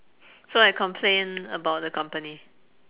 so I complain about the company